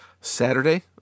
Saturday